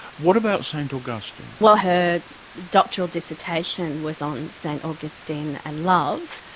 what about saint augustine? well her doctoral dissertation was on saint augustine and love.